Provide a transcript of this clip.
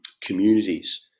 communities